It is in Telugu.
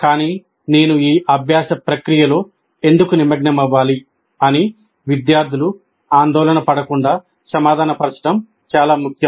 కానీ "నేను ఈ అభ్యాస ప్రక్రియలో ఎందుకు నిమగ్నమవ్వాలి" అని విద్యార్థులు ఆందోళన పడకుండా సమాధాన పరచడం చాలా ముఖ్యం